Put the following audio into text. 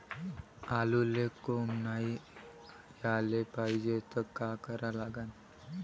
आलूले कोंब नाई याले पायजे त का करा लागन?